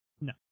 No